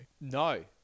No